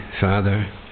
Father